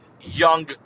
young